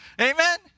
Amen